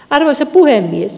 arvoisa puhemies